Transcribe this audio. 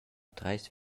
treis